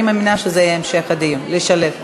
אני מאמינה שזה יהיה המשך הדיון, לשלב.